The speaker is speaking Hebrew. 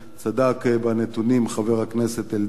צדק בנתונים חבר הכנסת אלדד,